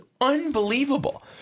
unbelievable